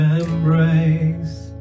embrace